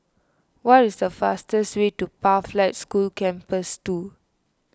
what is the fastest way to Pathlight School Campus two